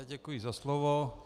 Děkuji za slovo.